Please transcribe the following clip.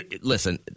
Listen